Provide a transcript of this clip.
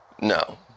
No